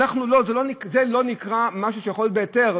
זה לא נקרא משהו שיכול להיות בהיתר.